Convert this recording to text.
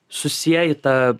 susieji tą